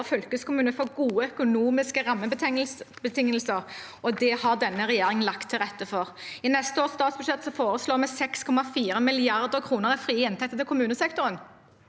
fylkeskommune, får gode økonomiske rammebetingelser, og det har denne regjeringen lagt til rette for. I neste års statsbudsjett foreslår vi 6,4 mrd. kr i frie inntekter til kommunesektoren.